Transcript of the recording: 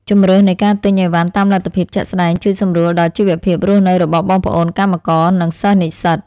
ជម្រើសនៃការទិញអីវ៉ាន់តាមលទ្ធភាពជាក់ស្ដែងជួយសម្រួលដល់ជីវភាពរស់នៅរបស់បងប្អូនកម្មករនិងសិស្សនិស្សិត។